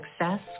success